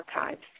archives